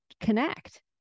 connect